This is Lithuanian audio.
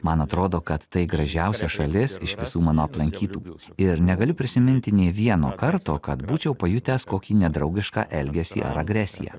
man atrodo kad tai gražiausia šalis iš visų mano aplankytų ir negaliu prisiminti nei vieno karto kad būčiau pajutęs kokį nedraugišką elgesį ar agresiją